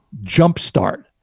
jumpstart